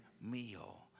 meal